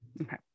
Okay